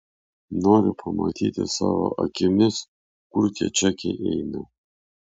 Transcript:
noriu pamatyti savo akimis kur tie čekiai eina